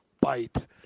bite